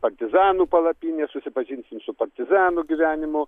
partizanų palapinė susipažinsim su partizanų gyvenimu